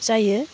जायो